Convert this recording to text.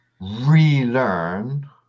relearn